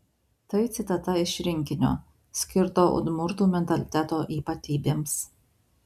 tai citata iš rinkinio skirto udmurtų mentaliteto ypatybėms